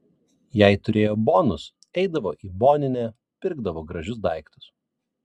jei turėjo bonus eidavo į boninę pirkdavo gražius daiktus